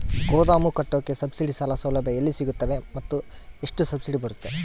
ಗೋದಾಮು ಕಟ್ಟೋಕೆ ಸಬ್ಸಿಡಿ ಸಾಲ ಸೌಲಭ್ಯ ಎಲ್ಲಿ ಸಿಗುತ್ತವೆ ಮತ್ತು ಎಷ್ಟು ಸಬ್ಸಿಡಿ ಬರುತ್ತೆ?